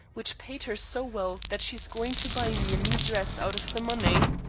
which paid her so well that she's going to buy me a new dress out of the money.